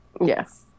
yes